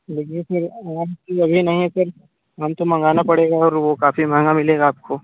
तो देखिए फिर आम तो अभी नहीं है फिर आम तो मगाना पड़ेगा और वह काफ़ी महँगा पड़ेगा आपको